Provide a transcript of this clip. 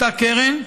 אותה קרן,